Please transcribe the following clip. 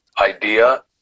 idea